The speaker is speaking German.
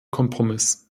kompromiss